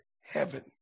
heaven